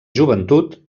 joventut